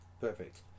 perfect